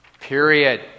Period